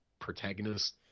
protagonist